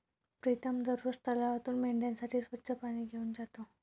प्रीतम दररोज तलावातून मेंढ्यांसाठी स्वच्छ पाणी घेऊन जातो